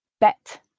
Bet